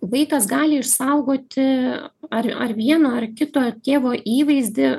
vaikas gali išsaugoti ar ar vieno ar kito tėvo įvaizdį